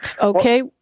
Okay